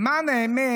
למען האמת,